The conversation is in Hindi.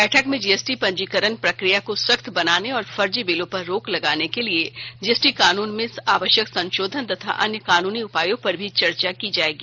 बैठक में जीएसटी पंजीकरण प्रक्रिया को सख्त बनाने और फर्जी बिलों पर रोक लगाने के लिए जीएसटी कानून में आवश्यक संशोधन तथा अन्य कानूनी उपायों पर भी चर्चा की जाएगी